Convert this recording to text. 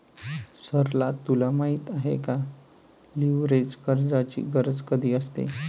सरला तुला माहित आहे का, लीव्हरेज कर्जाची गरज कधी असते?